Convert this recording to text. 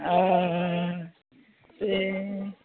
हय अशें